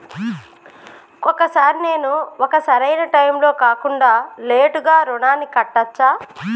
ఒక్కొక సారి నేను ఒక సరైనా టైంలో కాకుండా లేటుగా రుణాన్ని కట్టచ్చా?